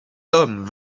hommes